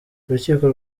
urukiko